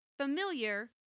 familiar